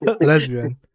Lesbian